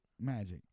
Magic